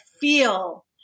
feel